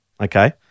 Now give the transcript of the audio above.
Okay